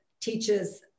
teaches